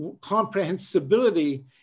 comprehensibility